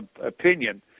opinion